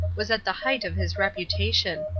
was at the height of his reputation.